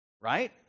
right